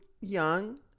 young